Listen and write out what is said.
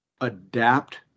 adapt